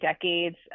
decades